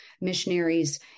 missionaries